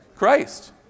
Christ